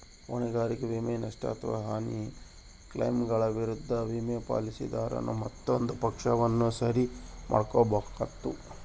ಹೊಣೆಗಾರಿಕೆ ವಿಮೆ, ನಷ್ಟ ಅಥವಾ ಹಾನಿಯ ಕ್ಲೈಮ್ಗಳ ವಿರುದ್ಧ ವಿಮೆ, ಪಾಲಿಸಿದಾರನು ಮತ್ತೊಂದು ಪಕ್ಷವನ್ನು ಸರಿ ಮಾಡ್ಬೇಕಾತ್ತು